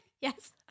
yes